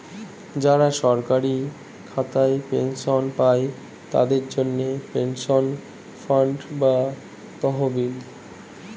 যারা সরকারি খাতায় পেনশন পায়, তাদের জন্যে পেনশন ফান্ড বা তহবিল